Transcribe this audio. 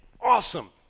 Awesome